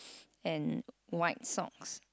and white socks